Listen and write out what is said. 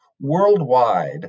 worldwide